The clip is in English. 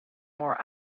more